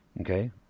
Okay